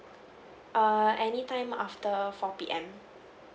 err any time after four P_M